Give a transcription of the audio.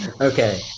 Okay